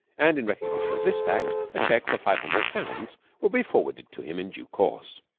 and in recognition of this fact a check for five hundred pounds would be forwarded to him in due course.